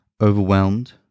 overwhelmed